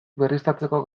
berriztatzeko